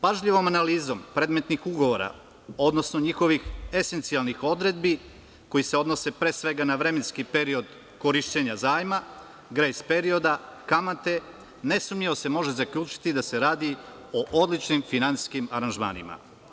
Pažljivom analizom predmetnih ugovora, odnosno njihovih esencijalnih odredbi koji se odnose pre svega na vremenski period korišćenja zajma, grejs perioda, kamate, nesumnjivo se može zaključiti da se radi o odličnim finansijskim aranžmanima.